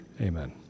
amen